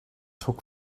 took